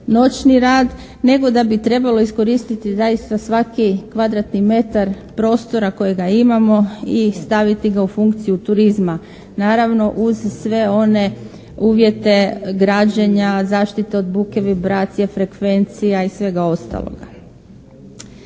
noćni rad nego da bi trebalo iskoristiti zaista svaki kvadratni metar prostora kojega imamo i staviti ga u funkciju turizma, naravno uz sve one uvjete građenja, zaštita od buke, vibracija, frekvencija i svega ostaloga.